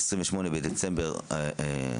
28 בדצמבר 2021,